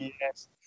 Yes